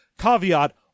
Caveat